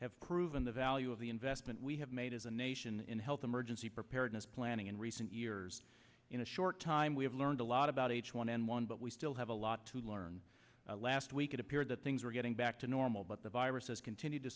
have proven the value of the investment we have made as a nation in health emergency preparedness planning in recent years in a short time we have learned a lot about h one n one but we still have a lot to learn last week it appeared that things were getting back to normal but the virus has continued to